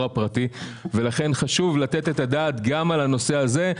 הפרטי ולכן חשוב לתת את הדעת גם על הנושא הזה.